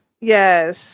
Yes